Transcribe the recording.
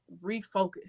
refocus